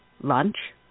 lunch